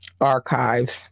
archives